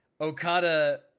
Okada